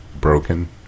broken